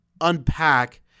unpack